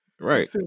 right